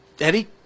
Eddie